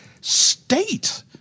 state